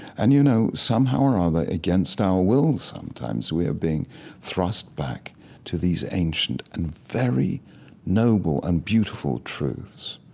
and, you know, somehow or other, against our will sometimes, we are being thrust back to these ancient and very noble and beautiful truths.